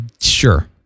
Sure